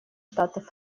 штатов